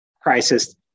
crisis